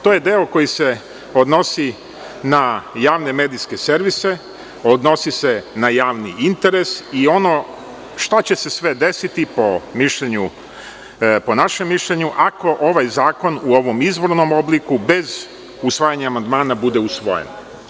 To je deo koji se odnosi na javne medijske servise, odnosi se na javni interes i ono šta će se sve desiti po mišljenju našem, ako ovaj zakon u ovom izvornom obliku, bez usvajanja amandmana bude usvojen.